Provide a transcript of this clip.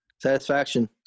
satisfaction